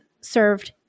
served